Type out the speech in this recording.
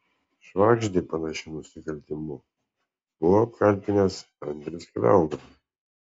švagždį panašiu nusikaltimu buvo apkaltinęs andrius kliauga